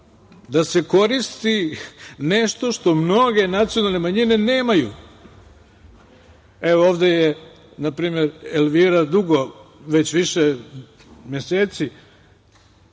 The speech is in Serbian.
da se koristi nešto što mnoge nacionalne manjine nemaju. Ovde je Elvira dugo, već više meseci,